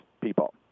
people